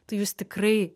tai jūs tikrai